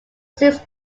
six